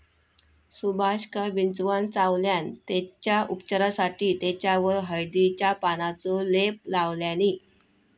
सुभाषका विंचवान चावल्यान तेच्या उपचारासाठी तेच्यावर हळदीच्या पानांचो लेप लावल्यानी